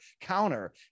counter